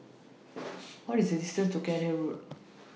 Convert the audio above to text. What IS The distance to Cairnhill Road